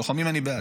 לוחמים, אני בעד.